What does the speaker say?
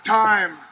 time